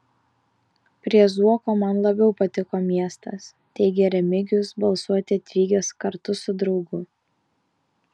prie zuoko man labiau patiko miestas teigė remigijus balsuoti atvykęs kartu su draugu